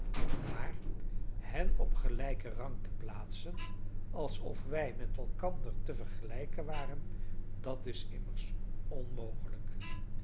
maar hen op gelijken rang te plaatsen alsof wij met elkander te vergelijken waren dat is immers onmogelijk